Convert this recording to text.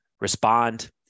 respond